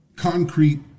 concrete